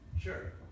Sure